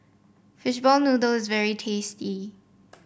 Fishball Noodle is very tasty